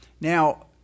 Now